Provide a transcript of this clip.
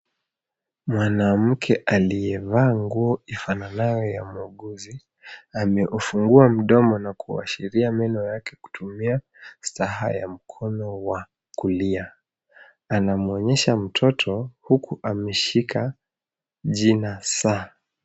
Mwanamke aliyevaa nguo ifananayo ya muuguzi ameufungua mdomo wake na kuashiria meno yake kutumia saa ya mkono wa kulia. Anamwonyesha mtoto huku ameshika jina saa.